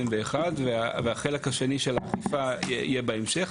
והחלק השני של האכיפה יהיה בהמשך.